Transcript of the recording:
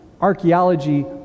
archaeology